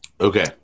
Okay